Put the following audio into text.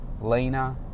leaner